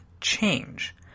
change